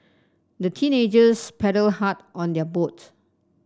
the teenagers paddled hard on their boat